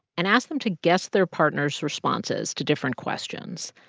and ask them to guess their partner's responses to different questions.